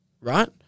right